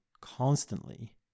constantly